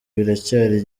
biracyari